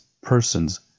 persons